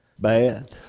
bad